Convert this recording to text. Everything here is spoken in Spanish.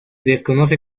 desconoce